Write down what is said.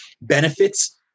benefits